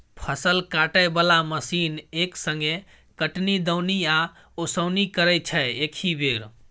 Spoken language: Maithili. फसल काटय बला मशीन एक संगे कटनी, दौनी आ ओसौनी करय छै एकहि बेर